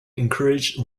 encouraged